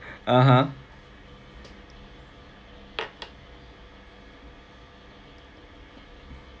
(uh huh)